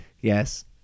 Yes